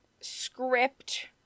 script